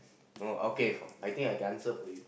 no okay for I think I can answer for you